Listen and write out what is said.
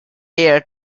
here